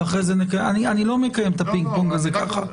אני לא מקיים את הפינג פונג הזה ככה.